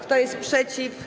Kto jest przeciw?